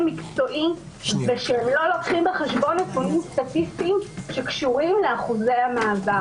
מקצועי ושהם לא לוקחים בחשבון נתונים סטטיסטיים שקשורים לאחוזי המעבר.